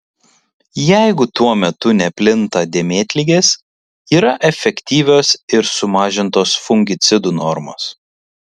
jeigu tuo metu neplinta dėmėtligės yra efektyvios ir sumažintos fungicidų normos